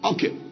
Okay